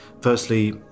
firstly